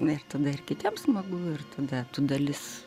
nes tada ir kitiems smagu ir tada tu bet dalis